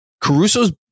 Caruso's